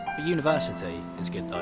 university is good, though.